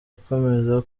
ikomeza